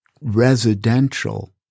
residential